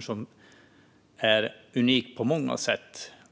så är den unik på många sätt.